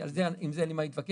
עם זה אין לי מה להתווכח.